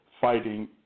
fighting